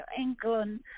England